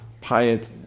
piety